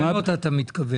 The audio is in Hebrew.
התקנות אתה מתכוון.